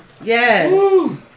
Yes